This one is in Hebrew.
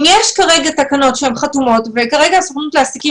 אם יש כרגע תקנות שהן חתומות וכרגע הסוכנות לעסקים